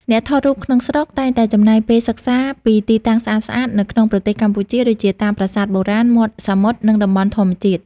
អ្នកថតរូបក្នុងស្រុកតែងតែចំណាយពេលសិក្សាពីទីតាំងស្អាតៗនៅក្នុងប្រទេសកម្ពុជា ដូចជាតាមប្រាសាទបុរាណ មាត់សមុទ្រ និងតំបន់ធម្មជាតិ។